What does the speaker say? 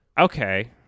Okay